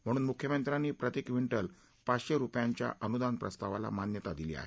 म्हणून मुख्यमंत्र्यांनी प्रती क्विंटल पाचशे रुपयांच्या अनुदान प्रस्तावाला मान्यता दिली आहे